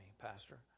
pastor